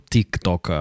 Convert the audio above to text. TikTok